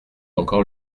encore